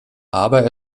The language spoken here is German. aber